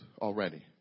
already